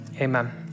Amen